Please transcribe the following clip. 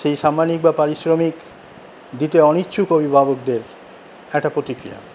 সেই সাম্মানিক বা পারিশ্রমিক দিতে অনিচ্ছুক অভিভাবকদের একটা প্রতিক্রিয়া